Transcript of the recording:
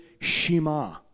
Shema